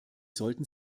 sollten